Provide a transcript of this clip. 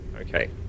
okay